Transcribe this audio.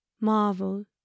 Marvel